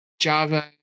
Java